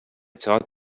taught